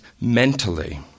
mentally